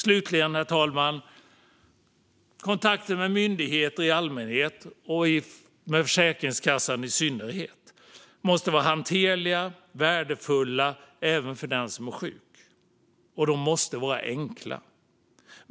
Slutligen, herr talman, måste kontakter med myndigheter i allmänhet och med Försäkringskassan i synnerhet vara enkla, hanterliga och värdefulla även för den som är sjuk.